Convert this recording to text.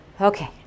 Okay